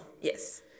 Yes